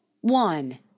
one